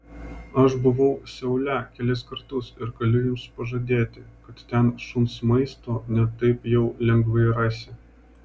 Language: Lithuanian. aš buvau seule kelis kartus ir galiu jums pažadėti kad ten šuns maisto ne taip jau lengvai rasi